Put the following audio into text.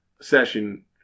session